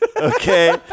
okay